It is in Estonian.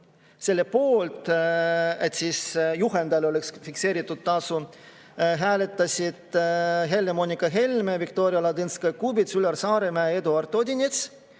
Selle poolt, et juhendajal oleks fikseeritud tasu, hääletasid Helle-Moonika Helme, Viktoria Ladõnskaja-Kubits, Üllar Saaremäe ja Eduard Odinets,